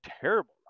terrible